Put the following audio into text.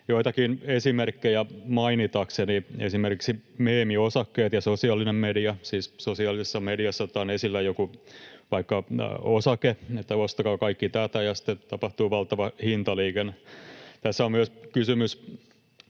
Joitakin esimerkkejä mainitakseni esimerkiksi meemiosakkeet ja sosiaalinen media — siis sosiaalisessa mediassa otetaan esille vaikka joku osake, että ostakaa kaikki tätä ja sitten tapahtuu valtava hintaliikenne. Tässä on myös kysymys